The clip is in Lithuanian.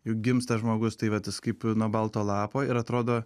juk gimsta žmogus tai vat jis kaip nuo balto lapo ir atrodo